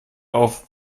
auf